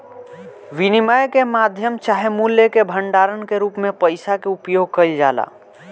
विनिमय के माध्यम चाहे मूल्य के भंडारण के रूप में पइसा के उपयोग कईल जाला